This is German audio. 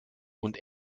und